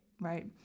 right